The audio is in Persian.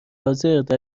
حاضردر